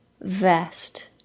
vest